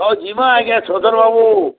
ହଁ ଯିମା ଆଜ୍ଞା ସଦର୍ ବାବୁ